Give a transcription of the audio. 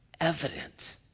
evident